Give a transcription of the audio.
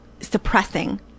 suppressing